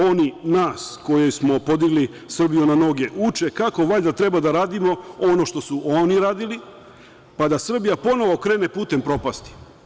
Oni nas, koji smo podigli Srbiju na noge, uče kako valjda treba da radimo ono što su oni radili, pa da Srbija ponovo krene putem propasti.